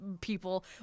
people